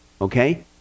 okay